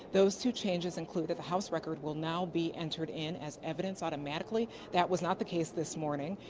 those two changes included the house record will now be entered in as evidence automatically. that was not the case this morning.